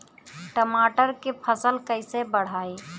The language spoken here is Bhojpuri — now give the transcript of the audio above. टमाटर के फ़सल कैसे बढ़ाई?